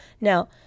Now